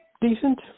decent